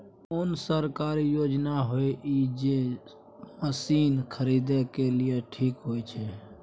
कोन सरकारी योजना होय इ जे मसीन खरीदे के लिए ठीक होय छै?